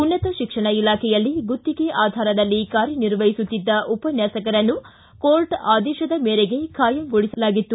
ಉನ್ನತ ಶಿಕ್ಷಣ ಇಲಾಖೆಯಲ್ಲಿ ಗುತ್ತಿಗೆ ಆಧಾರದಲ್ಲಿ ಕಾರ್ಯನಿರ್ವಹಿಸುತ್ತಿದ್ದ ಉಪನ್ವಾಸಕರನ್ನು ಕೋರ್ಟ್ ಆದೇಶದ ಮೇರೆಗೆ ಖಾಯಂಗೊಳಿಸಲಾಗಿತ್ತು